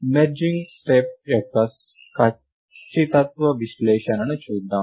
merging step యొక్క ఖచ్చితత్వ విశ్లేషణను చూద్దాం